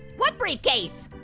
what briefcase?